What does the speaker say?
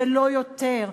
ולא יותר.